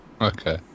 okay